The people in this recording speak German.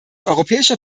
europäische